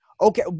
Okay